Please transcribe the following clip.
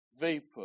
vapor